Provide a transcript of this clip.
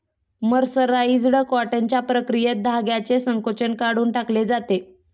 mercerised कॉटनच्या प्रक्रियेत धाग्याचे संकोचन काढून टाकले जाते